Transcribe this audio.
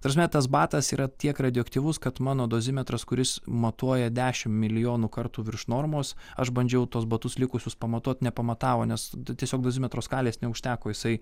ta prasme tas batas yra tiek radioaktyvus kad mano dozimetras kuris matuoja dešimt milijonų kartų virš normos aš bandžiau tuos batus likusius pamatuot nepamatavo nes tiesiog dozimetro skalės neužteko jisai